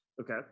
Okay